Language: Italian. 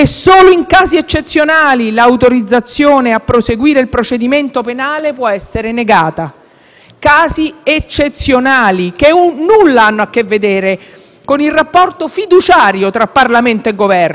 casi eccezionali, che nulla hanno a che vedere con il rapporto fiduciario tra Parlamento e Governo. Come disse sempre Leopoldo Elia, quella delle Camere è una valutazione non sull'operato del Ministro,